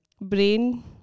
Brain